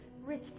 rich